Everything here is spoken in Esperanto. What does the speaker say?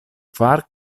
kvar